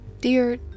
dear